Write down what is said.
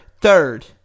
third